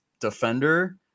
defender